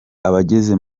abageze